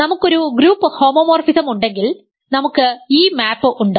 നമുക്കൊരു group homomorphism ഉണ്ടെങ്കിൽ നമുക്ക് ഈ മാപ് ഉണ്ട്